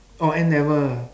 orh N-level